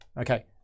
Okay